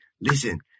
listen